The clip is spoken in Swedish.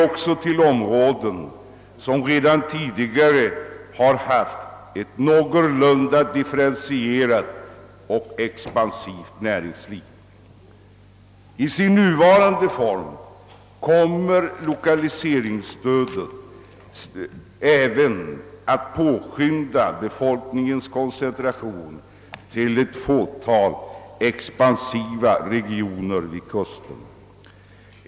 Dessa områden har redan tidigare haft ett någorlunda differentierat och expansivt näringsliv. I sin nuvarande form kommer lokaliseringsstödet att påskynda befolkningskoncentrationen till ett fåtal expansiva regioner vid kusten.